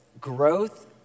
growth